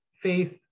faith